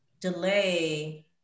delay